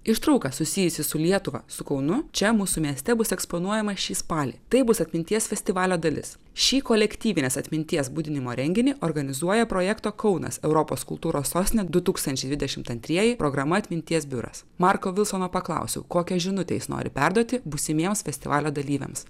ištrauka susijusi su lietuva su kaunu čia mūsų mieste bus eksponuojama šį spalį tai bus atminties festivalio dalis šį kolektyvinės atminties budinimo renginį organizuoja projekto kaunas europos kultūros sostinė du tūkstančiai dvidešimt antrieji programa atminties biuras marko vilsono paklausiau kokią žinutę jis nori perduoti būsimiems festivalio dalyviams